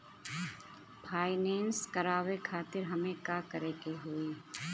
Finance करावे खातिर हमें का करे के होई?